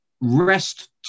rest